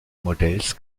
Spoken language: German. modells